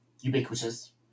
ubiquitous